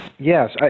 Yes